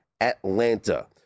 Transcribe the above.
Atlanta